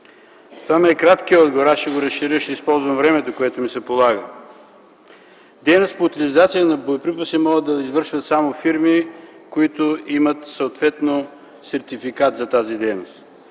Това ми е краткият отговор, аз ще го разширя и ще използвам времето, което ми се полага. Дейност по утилизация на боеприпаси може да извършват само фирми, които имат съответен сертификат за тази дейност.